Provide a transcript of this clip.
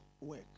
work